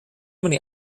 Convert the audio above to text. many